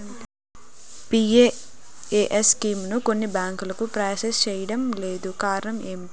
PMAY స్కీమును కొన్ని బ్యాంకులు ప్రాసెస్ చేయడం లేదు కారణం ఏమిటి?